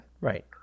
Right